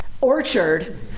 orchard